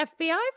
FBI